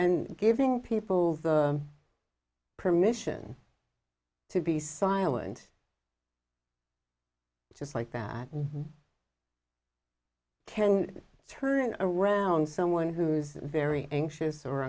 and giving people permission to be silent just like that can turn around someone who's very anxious or